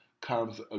comes